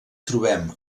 trobem